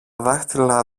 δάχτυλα